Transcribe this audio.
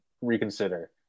reconsider